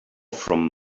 from